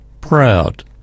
proud